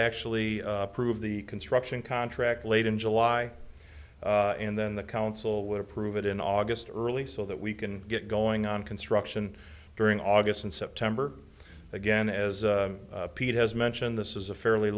actually prove the construction contract late in july and then the council would approve it in august or early so that we can get going on construction during august and september again as pete has mentioned this is a fairly